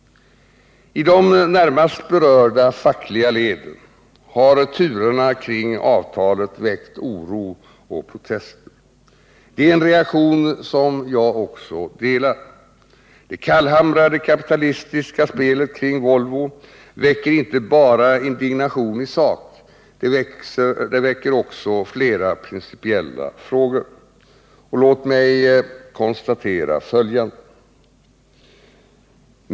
I de närmast berörda fackliga leden har turerna kring avtalet väckt oro och protester. Det är en reaktion som också jag delar. Det kallhamrade kapitalistiska spelet kring Volvo väcker inte bara indignation i sak. Det väcker också flera principiella frågor. Låt mig konstatera följande: 1.